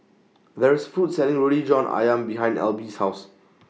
There IS A Food Court Selling Roti John Ayam behind Alby's House